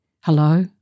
Hello